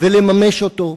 ולממש אותו,